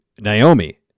Naomi